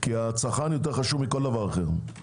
כי הצרכן יותר חשוב מכל דבר אחר,